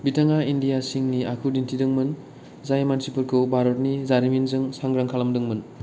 बिथाङा इंडिया सिंहनि आखु दिन्थिदों मोन जाय मानसिफोरखौ भारतनि जारिमिनजों सांग्रां खालामदों मोन